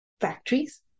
factories